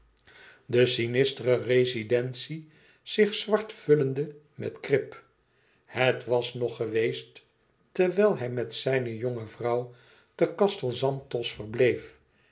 de sinistere rezidentie zich zwart vullende met krip het was nog geweest terwijl hij met zijne jonge vrouw te castel zanthos